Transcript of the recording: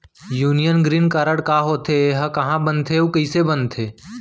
Union green card का होथे, एहा कहाँ बनथे अऊ कइसे बनथे?